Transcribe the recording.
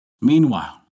Meanwhile